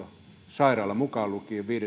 sairaala mukaan lukien